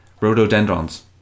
rhododendrons